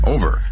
Over